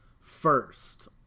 first